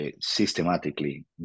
systematically